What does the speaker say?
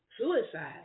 suicide